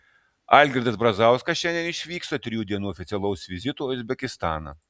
algirdas brazauskas šiandien išvyksta trijų dienų oficialaus vizito į uzbekistaną